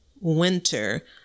winter